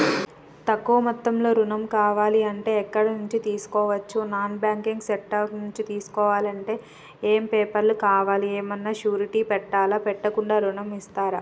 తక్కువ మొత్తంలో ఋణం కావాలి అంటే ఎక్కడి నుంచి తీసుకోవచ్చు? నాన్ బ్యాంకింగ్ సెక్టార్ నుంచి తీసుకోవాలంటే ఏమి పేపర్ లు కావాలి? ఏమన్నా షూరిటీ పెట్టాలా? పెట్టకుండా ఋణం ఇస్తరా?